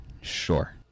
sure